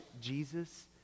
Jesus